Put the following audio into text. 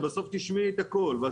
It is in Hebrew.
בסוף גם